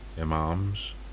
imams